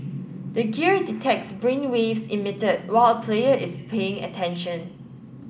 the gear detects brainwaves emitted while a player is paying attention